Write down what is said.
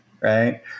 right